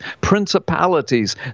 principalities